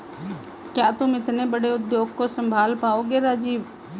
क्या तुम इतने बड़े उद्योग को संभाल पाओगे राजीव?